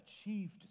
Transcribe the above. achieved